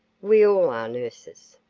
we all are nurses.